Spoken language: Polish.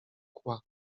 kła